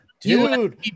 dude